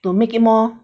to make it more